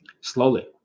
slowly